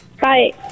bye